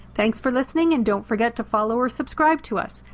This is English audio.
thanks for listening and don't forget to follow or subscribe to us.